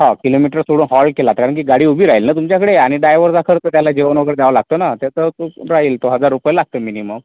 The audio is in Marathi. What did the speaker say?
हो किलोमीटर सोडून हॉल्ट केला कारण की गाडी उभी राहील ना तुमच्याकडे आणि डायवरचा खर्च त्याला जेवण वगैरे द्यावं लागतं ना त्याचं तो राहील तो हजार रुपये लागतील मिनिमम